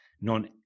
non